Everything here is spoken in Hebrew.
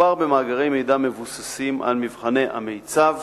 מדובר במאגרי מידע מבוססים על מבחני המיצ"ב